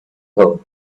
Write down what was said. her